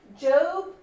Job